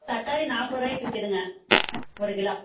தக்காளி நாற்பதுருவாக்கி விற்கிதுங்க ஒரு கிலோ